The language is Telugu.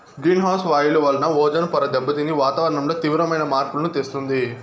గ్రీన్ హౌస్ వాయువుల వలన ఓజోన్ పొర దెబ్బతిని వాతావరణంలో తీవ్రమైన మార్పులను తెస్తుంది